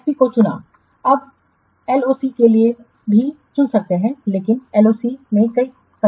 FP को चुना हम एलओसी के लिए भी चुन सकते हैं लेकिन एलओसी में कई कमियां हैं